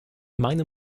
meine